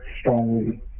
strongly